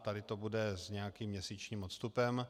Tady to bude s nějakým měsíčním odstupem.